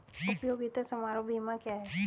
उपयोगिता समारोह बीमा क्या है?